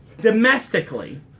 Domestically